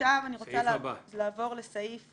עכשיו אני רוצה לעבור לסעיף